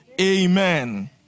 amen